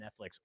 Netflix